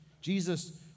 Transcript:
Jesus